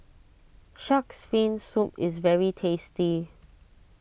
Shark's Fin Soup is very tasty